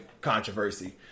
controversy